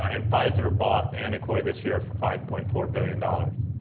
ah and pfizer bought anacor this year for five point four billion dollars.